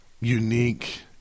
unique